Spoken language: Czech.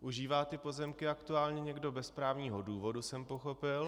Užívá ty pozemky aktuálně někdo bez právního důvodu, jsem pochopil.